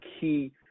key